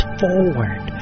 forward